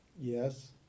Yes